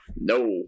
no